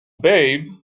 babe